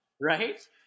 Right